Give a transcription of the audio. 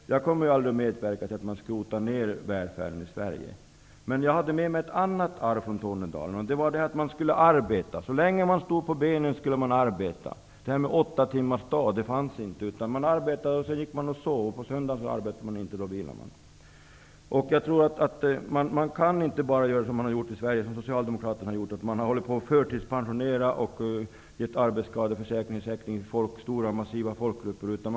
Jag kommer därför aldrig att medverka till att skrota välfärden i Sverige. Men jag har fått med mig ett annat arv från Tornedalen, nämligen att man så länge man stod på benen skulle arbeta. Någon åttatimmarsdag fanns inte. Man arbetade, sedan gick man och lade sig. På söndagen arbetade man inte. Då vilade man. Man kan inte förtidspensionera och ge stora folkgrupper arbetsskadeförsäkringar, som Socialdemokraterna har gjort.